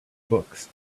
books